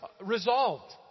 resolved